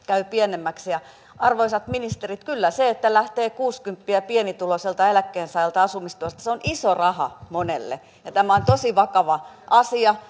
käy pienemmäksi arvoisat ministerit kyllä se että lähtee kuusikymppiä pienituloiselta eläkkeensaajalta asumistuesta on iso raha monelle tämä on tosi vakava asia